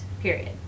period